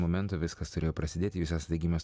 momento viskas turėjo prasidėti jūs esate gimęs